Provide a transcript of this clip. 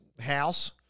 house